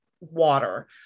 water